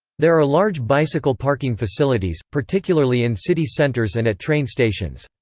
there are large bicycle parking facilities, particularly in city centres and at train stations.